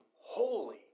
holy